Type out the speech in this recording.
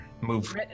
move